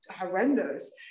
horrendous